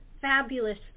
fabulous